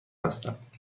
هستند